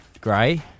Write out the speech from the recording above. Grey